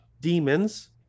Demons